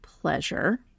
pleasure